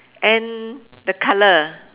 and the colour